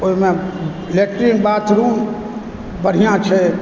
ओहिमे latrine bathroom बढ़िआँ छै